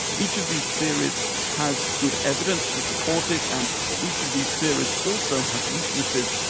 each of these theories has good evidence to support it, and each of these theories also has weaknesses.